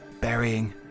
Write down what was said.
burying